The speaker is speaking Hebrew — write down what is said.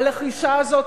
הלחישה הזאת,